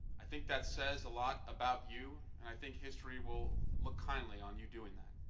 i think that says a lot about you. and i think history will look kindly on you doing that.